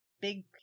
big